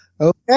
Okay